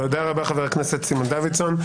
תודה רבה חבר הכנסת סימון דוידסון.